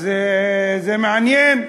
אז זה מעניין.